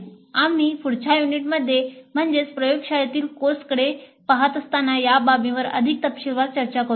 आम्ही पुढच्या युनिटमध्ये म्हणजेच प्रयोगशाळेतील कोर्सेसकडे पहात असताना या बाबींवर अधिक तपशीलवार चर्चा करू